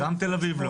גם תל-אביב לא.